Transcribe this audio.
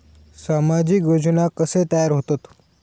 सामाजिक योजना कसे तयार होतत?